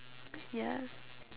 ya